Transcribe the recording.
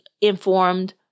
informed